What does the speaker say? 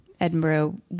Edinburgh